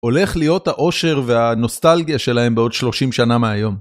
הולך להיות האושר והנוסטלגיה שלהם בעוד 30 שנה מהיום.